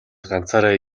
ганцаараа